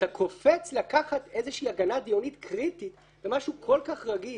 אתה קופץ לקחת איזושהי הגנה דיונית קריטית למשהו כל כך רגיש